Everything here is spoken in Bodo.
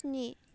स्नि